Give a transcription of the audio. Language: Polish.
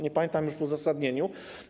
Nie pamiętam już uzasadnienia.